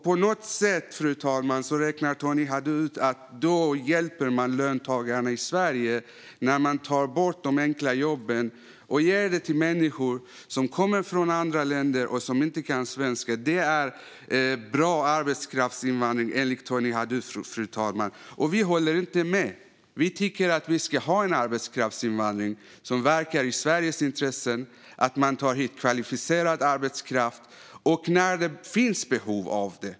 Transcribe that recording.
På något sätt, fru talman, räknar Tony Haddou ut att man hjälper löntagarna i Sverige när man tar bort de enkla jobben och ger dem till människor som kommer från andra länder och som inte kan svenska. Det är bra arbetskraftsinvandring, enligt Tony Haddou. Vi håller inte med. Vi tycker att vi ska ha en arbetskraftsinvandring som verkar i Sveriges intresse. Man ska ta hit kvalificerad arbetskraft när det finns behov av det.